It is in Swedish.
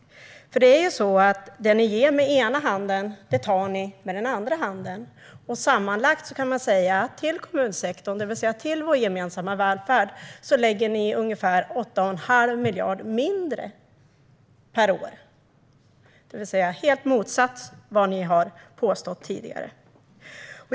Det är nämligen så att det ni ger med ena handen tar ni tillbaka med den andra handen. Sammanlagt kan man säga att ni lägger ungefär 8 1⁄2 miljard mindre per år till kommunsektorn - till vår gemensamma välfärd. Detta är alltså raka motsatsen till vad ni har påstått tidigare.